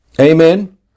Amen